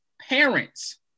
parents